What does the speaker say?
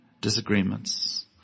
disagreements